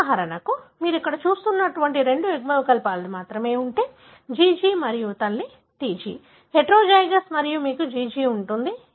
ఉదాహరణకు మీరు ఇక్కడ చూస్తున్నటువంటి రెండు యుగ్మవికల్పాలు మాత్రమే ఉంటే GG మరియు తల్లి TG హెటెరోజైగస్ మరియు మీకు GG ఉంటుంది